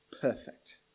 perfect